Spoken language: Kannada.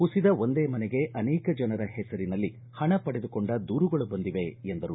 ಕುಸಿದ ಒಂದೇ ಮನೆಗೆ ಅನೇಕ ಜನರ ಹೆಸರಿನಲ್ಲಿ ಹಣ ಪಡೆದುಕೊಂಡ ದೂರುಗಳು ಬಂದಿವೆ ಎಂದರು